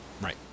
Right